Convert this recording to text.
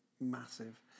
massive